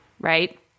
right